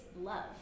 love